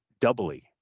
doubly